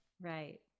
Right